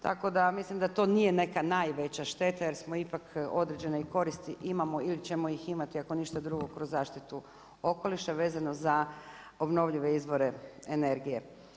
Tako da mislim da to nije neka najveća šteta jer smo ipak određene koristi imamo ili ćemo ih imati ako ništa drugo kroz zaštitu okoliša vezano za obnovljive izvore energije.